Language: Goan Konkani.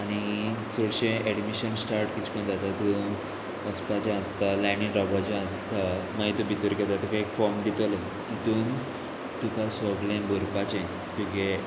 आनी चडशें एडमिशन स्टार्ट कितको जाता थंय वचपाचें आसता लायनीन रावपाचें आसता मागीर तें भितर घेता तुका एक फॉर्म दितलें तितून तुका सोगलें बरपाचें तुगे